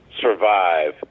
survive